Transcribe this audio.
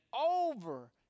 over